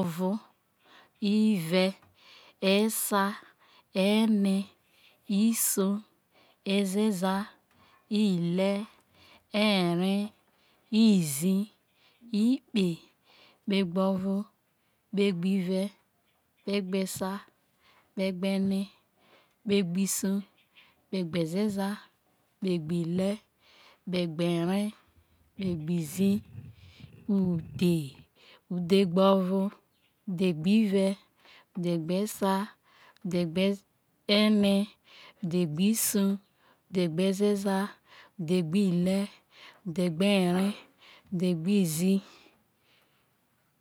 Ovo ivi resa ene iso zeza ihre eree izii ikpe kpegbovo kpegbive pegbesa kpeghene kpegbiso kpegbezeza kpegbihre kpegbieree ikpeizii udhe udhegbovo udhegbive udhe gbesa udheghere udhegbiso udhegbezeza udhegbihre udhegberre udhegbizii